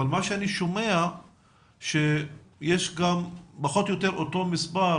אבל מה שאני שומע שיש גם פחות או יותר אותו מספר,